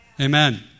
Amen